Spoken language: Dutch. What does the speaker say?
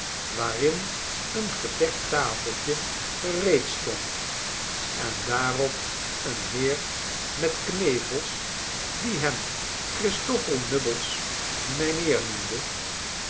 waarin een gedekt tafeltje gereed stond en daarop een heer met knevels die hem christoffel nubbles mijnheer noemde